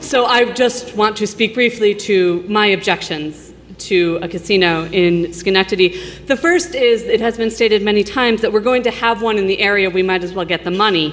so i just want to speak briefly to my objections to a casino in schenectady the first is that it has been stated many times that we're going to have one in the area we might as well get the money